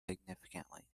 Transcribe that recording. significantly